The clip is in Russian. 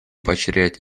поощрять